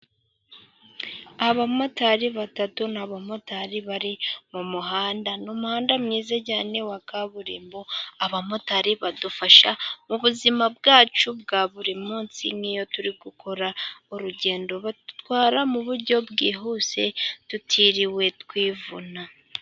Abamotari batatu, ni abamotari bari mu muhanda, ni umuhanda mwiza cyane wa kaburimbo. Abamotari badufasha mu buzima bwacu bwa buri munsi, n'iyo turi gukora urugendo badutwara mu buryo bwihuse tutiriwe twivuna.